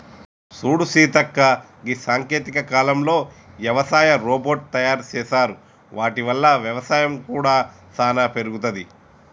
సూడు సీతక్క గీ సాంకేతిక కాలంలో యవసాయ రోబోట్ తయారు సేసారు వాటి వల్ల వ్యవసాయం కూడా సానా పెరుగుతది